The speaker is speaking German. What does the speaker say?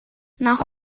nach